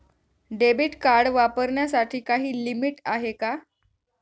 Debit card वापरण्यासाठी काही limit आहे का?